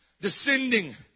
descending